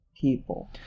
people